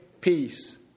peace